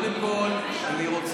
אני מציע לך להתנצל.